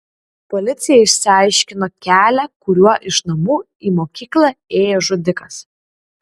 policija išsiaiškino kelią kuriuo iš namų į mokyklą ėjo žudikas